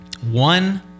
One